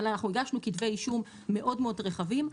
אנחנו הגשנו כתבי אישום מאוד מאוד רחבים.